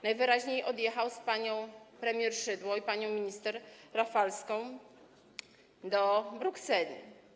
Najwyraźniej odjechał z panią premier Szydło i panią minister Rafalską do Brukseli.